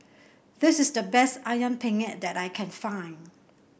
this is the best ayam Penyet that I can find